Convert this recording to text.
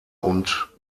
und